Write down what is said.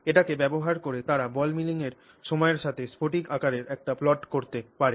এটিকে ব্যবহার করে তারা বল মিলিং এর সময়ের সাথে স্ফটিক আকারের একটি প্লট তৈরি করতে পারে